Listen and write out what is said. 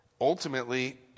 Ultimately